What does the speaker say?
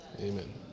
Amen